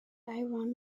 iron